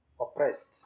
oppressed